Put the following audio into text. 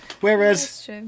Whereas